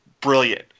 brilliant